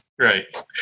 Right